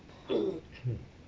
mm